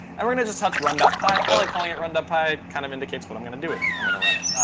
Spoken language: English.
and we're going to just touch run pi. i like calling it run py. it kind of indicates what i'm going to do with it. i'm going to run it.